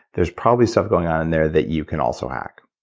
there's probably stuff going on in there that you can also hack.